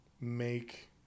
make